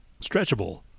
stretchable